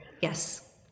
Yes